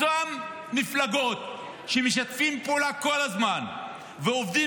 אותן מפלגות שמשתפות פעולה כל הזמן ועובדות